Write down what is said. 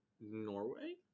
Norway